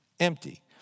empty